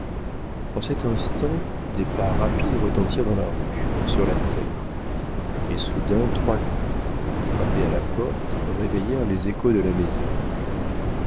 en cet instant des pas rapides retentirent dans la rue sur la terre et soudain trois coups frappés à la porte réveillèrent les échos de la maison